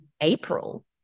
april